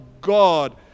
God